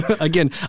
again